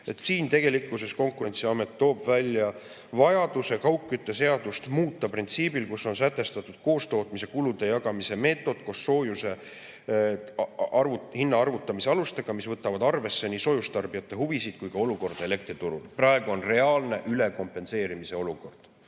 Tegelikult Konkurentsiamet toob välja vajaduse muuta kaugkütteseadust printsiibil, et on sätestatud koostootmiskulude jagamise meetod koos soojuse hinna arvutamise alustega, mis võtavad arvesse nii soojuse tarbijate huvisid kui ka olukorda elektriturul. Praegu on reaalne ülekompenseerimise olukord.